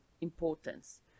importance